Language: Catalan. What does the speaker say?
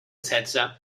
setze